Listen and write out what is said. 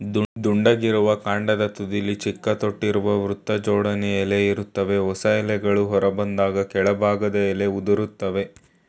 ದುಂಡಗಿರುವ ಕಾಂಡದ ತುದಿಲಿ ಚಿಕ್ಕ ತೊಟ್ಟಿರುವ ವೃತ್ತಜೋಡಣೆ ಎಲೆ ಇರ್ತವೆ ಹೊಸ ಎಲೆಗಳು ಹೊರಬಂದಾಗ ಕೆಳಭಾಗದ ಎಲೆ ಉದುರ್ತವೆ